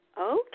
Okay